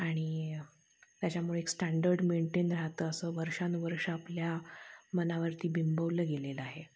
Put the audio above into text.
आणि त्याच्यामुळे एक स्टँडर्ड मेंटेन राहतं असं वर्षानुवर्ष आपल्या मनावरती बिंबवलं गेलेलं आहे